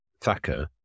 Thacker